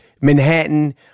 Manhattan